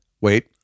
wait